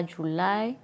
July